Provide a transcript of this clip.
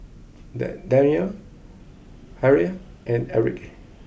Dan Danyell Halle and Eric